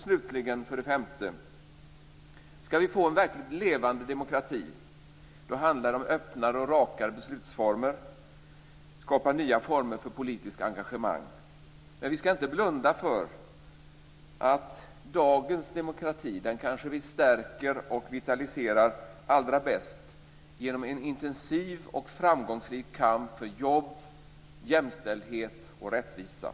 Skall vi få en verkligt levande demokrati, då handlar det om öppnare och rakare beslutsformer. Man måste skapa nya former för politiskt engagemang. Men vi skall inte blunda för att dagens demokrati kanske stärks och vitaliseras allra bäst genom en intensiv och framgångsrik kamp för jobb, jämställdhet och rättvisa.